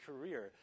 career